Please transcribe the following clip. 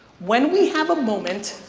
when we have a moment,